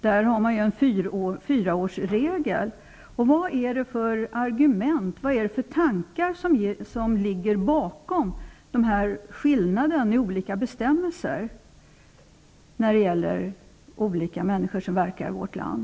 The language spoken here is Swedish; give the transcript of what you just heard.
Där har man en fyraårsregel. Vad är det för argument och tankar som ligger bakom skillnaderna i olika bestämmelser när det gäller människor som verkar i vårt land?